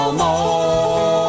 more